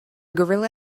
gorilla